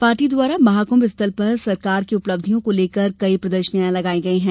party द्वारा महाकुंभ स्थल पर सरकार की उपलब्धियों को लेकर कई प्रदर्शनियां लगाई गई हैं